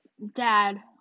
Dad